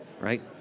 right